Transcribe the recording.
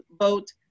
vote